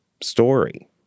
story